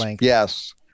yes